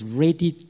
ready